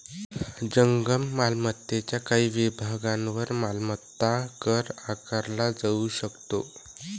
जंगम मालमत्तेच्या काही विभागांवर मालमत्ता कर आकारला जाऊ शकतो